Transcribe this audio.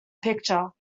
picture